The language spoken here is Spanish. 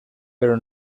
pero